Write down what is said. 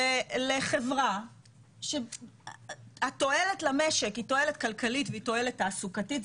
לחברה שהתועלת למשק היא תועלת כלכלית והיא תועלת תעסוקתית,